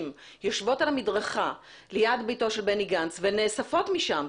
יושבות על המדרכה ליד ביתו של בני גנץ ונאספות משם.